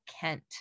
Kent